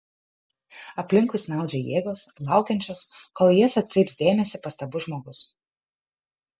aplinkui snaudžia jėgos laukiančios kol į jas atkreips dėmesį pastabus žmogus